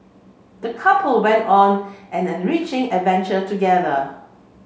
the couple went on an enriching adventure together